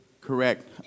correct